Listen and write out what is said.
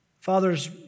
father's